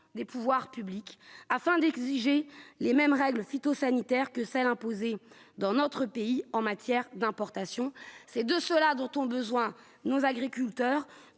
des pouvoirs publics afin d'exiger les mêmes règles phytosanitaires que celles imposées dans notre pays en matière d'importation, c'est de cela dont ont besoin nos agriculteurs